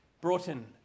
Broughton